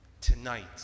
tonight